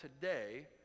today